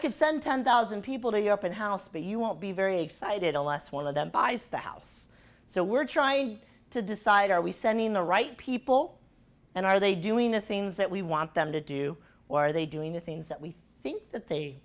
could send ten thousand people to your open house but you won't be very excited unless one of them buys the house so we're trying to decide are we sending the right people and are they doing the things that we want them to do or are they doing the things that we think that they